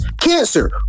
cancer